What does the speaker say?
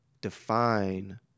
define